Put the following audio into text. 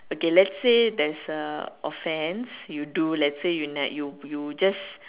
okay let's say there's a offense you do let's say you nev~ you you just